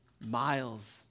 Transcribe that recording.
miles